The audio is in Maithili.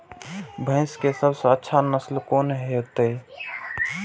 भैंस के सबसे अच्छा नस्ल कोन होते?